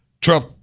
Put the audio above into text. Trump